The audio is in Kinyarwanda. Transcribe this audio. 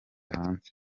hanze